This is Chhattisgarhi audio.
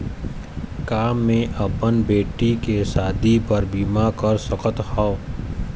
का मैं अपन बेटी के शादी बर बीमा कर सकत हव?